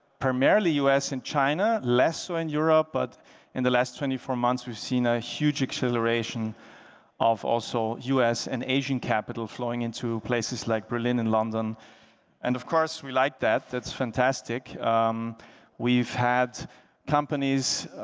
primarily us in china lesser in europe, but in the last twenty four months we've seen a huge acceleration of also us and asian capital flowing into places like berlin and london and of course, we like that. that's fantastic we've had companies